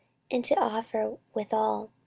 and to offer withal,